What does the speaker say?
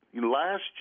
Last